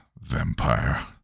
vampire